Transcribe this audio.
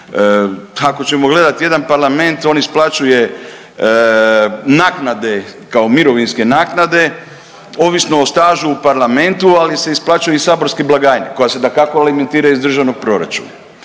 ako ćemo gledati jedan Parlament on isplaćuje naknade kao mirovinske naknade ovisno o stažu u Parlamentu, ali se isplaćuje iz saborske blagajne koja se dakako alimentira iz državnog proračuna.